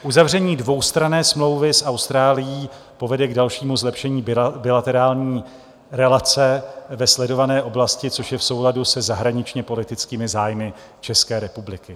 Uzavření dvoustranné smlouvy s Austrálií povede k dalšímu zlepšení bilaterární relace ve sledované oblasti, což je v souladu se zahraničněpolitickými zájmy České republiky.